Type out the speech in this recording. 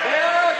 תהיה לך